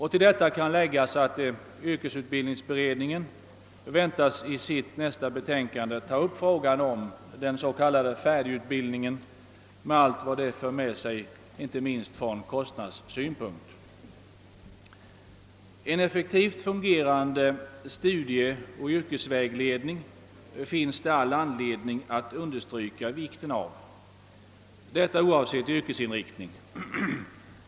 Härtill kan läggas att yrkesutbildningsberedningen i sitt nästa betänkande väntas ta upp frågan om den s.k. färdigutbildningen med allt vad den för med sig inte minst från kostnadssynpunkt. Det finns all anledning att understryka vikten av en effektivt fungerande studieoch yrkesvägledning, detta oavsett yrkesinriktning.